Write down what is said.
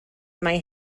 mae